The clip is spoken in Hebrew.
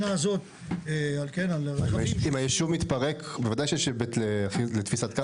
אם הישוב מתפרק בוודאי שיש היבט לתפיסת קרקע.